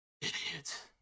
Idiot